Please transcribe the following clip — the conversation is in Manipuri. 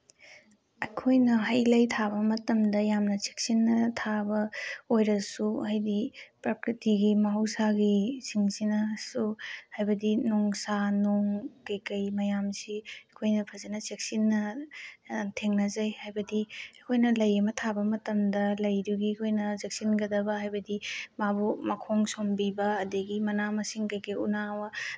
ꯑꯩꯈꯣꯏꯅ ꯍꯩ ꯂꯩ ꯊꯥꯕ ꯃꯇꯝꯗ ꯌꯥꯝꯅ ꯆꯦꯛꯁꯤꯟꯅ ꯊꯥꯕ ꯑꯣꯏꯔꯁꯨ ꯍꯥꯏꯗꯤ ꯄ꯭ꯔꯀꯇꯤꯒꯤ ꯃꯍꯧꯁꯥꯒꯤꯁꯤꯡꯁꯤꯅꯁꯨ ꯍꯥꯏꯕꯗꯤ ꯅꯨꯡꯁꯥ ꯅꯣꯡ ꯀꯩꯀꯩ ꯃꯌꯥꯝꯁꯤ ꯑꯩꯈꯣꯏꯅ ꯐꯖꯅ ꯆꯦꯛꯁꯤꯟꯅ ꯊꯦꯡꯅꯖꯩ ꯍꯥꯏꯕꯗꯤ ꯑꯩꯈꯣꯏꯅ ꯂꯩ ꯑꯃ ꯊꯥꯕ ꯃꯇꯝꯗ ꯂꯩꯗꯨꯒꯤ ꯑꯩꯈꯣꯏꯅ ꯆꯦꯛꯁꯤꯟꯒꯗꯕ ꯍꯥꯏꯕꯗꯤ ꯃꯥꯕꯨ ꯃꯈꯣꯡ ꯁꯣꯝꯕꯤꯕ ꯑꯗꯒꯤ ꯃꯅꯥ ꯃꯁꯤꯡ ꯀꯩꯀꯩ ꯎꯅꯥ